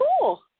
cool